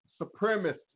supremacist